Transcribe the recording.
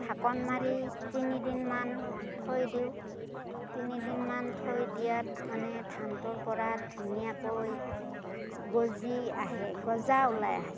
ঢাকোন মাৰি তিনিদিনমান থৈ দিওঁ তিনিদিনমান থৈ দিয়াত মানে ধানটোৰ পৰা ধুনীয়াকৈ গজি আহে গজা ওলাই আহে